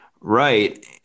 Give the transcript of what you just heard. Right